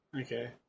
Okay